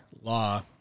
law